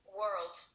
world